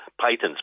patents